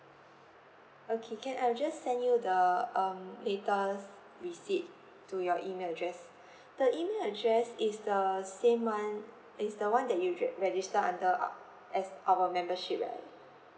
okay can I will just send you the um latest receipt to your email address the email address is the same one is the one that you re~ register under uh as our membership right